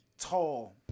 tall